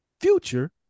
Future